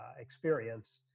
experience